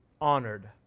honored